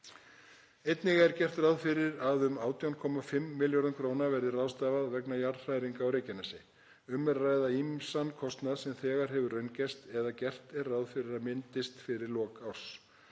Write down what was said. Einnig er gert ráð fyrir að um 18,5 milljörðum kr. verði ráðstafað vegna jarðhræringa á Reykjanesi. Um er að ræða ýmsan kostnað sem þegar hefur raungerst eða gert er ráð fyrir að myndist fyrir lok árs.